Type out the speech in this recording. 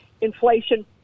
inflation